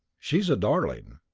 she's a darling.